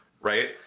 Right